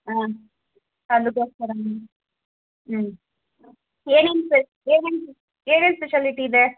ಹಾಂ ಹ್ಞೂ ಏನೇನು ಫೆಸಿ ಏನೇನು ಫೆ ಏನೇನು ಸ್ಪೆಷಾಲಿಟಿ ಇದೆ